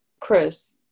Chris